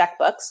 checkbooks